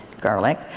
garlic